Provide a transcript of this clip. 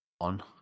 on